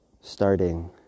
starting